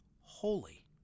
holy